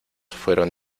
fueron